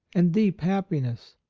and deep happiness.